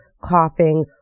coughing